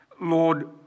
Lord